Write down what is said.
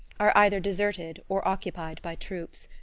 are either deserted or occupied by troops.